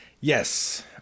Yes